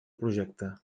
projecte